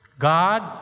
God